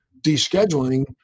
descheduling